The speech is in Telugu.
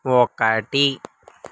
ఒకటి